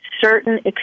certain